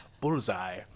Bullseye